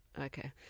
Okay